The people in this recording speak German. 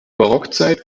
barockzeit